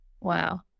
Wow